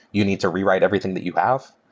you need to rewrite everything that you have,